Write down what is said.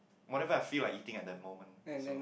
whatever I feel like eating at that moment so